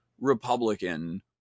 Republican